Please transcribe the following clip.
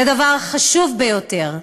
זה דבר חשוב ביותר.